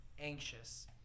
anxious